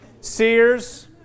Sears